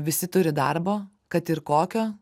visi turi darbo kad ir kokio